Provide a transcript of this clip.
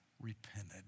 repented